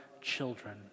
children